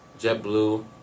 JetBlue